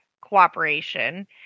cooperation